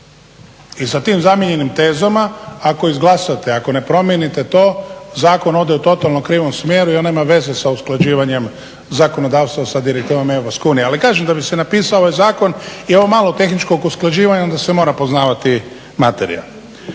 I sa tim zamijenjenim tezama ako izglasate, ako ne promijenite to zakon ode u totalno krivom smjeru i on nema veze sa usklađivanjem zakonodavstva sa direktivama EU. Ali kažem, da bi se napisao ovaj zakon i ovo malo tehničkog usklađivanja onda se mora poznavati materija.